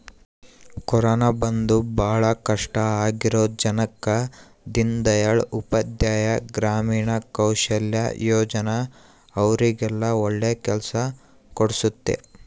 corona ಬಂದು ಭಾಳ ಕಷ್ಟ ಆಗಿರೋ ಜನಕ್ಕ ದೀನ್ ದಯಾಳ್ ಉಪಾಧ್ಯಾಯ ಗ್ರಾಮೀಣ ಕೌಶಲ್ಯ ಯೋಜನಾ ಅವ್ರಿಗೆಲ್ಲ ಒಳ್ಳೆ ಕೆಲ್ಸ ಕೊಡ್ಸುತ್ತೆ